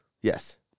Yes